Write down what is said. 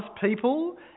people